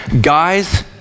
Guys